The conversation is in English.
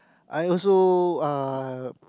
I also uh